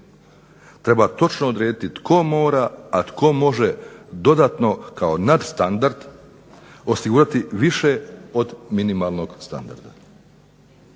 Treba točno odrediti tko mora, a tko može dodatno kao naš standard osigurati više od minimalnog standarda.